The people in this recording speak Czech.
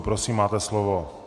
Prosím, máte slovo.